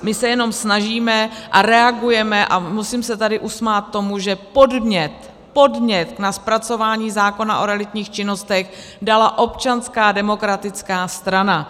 My se jenom snažíme a reagujeme, a musím se tady usmát tomu, že podnět na zpracování zákona o realitních činnostech dala Občanská demokratická strana.